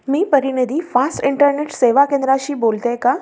मी परिणिधी fast internet सेवा केंद्राशी बोलते आहे का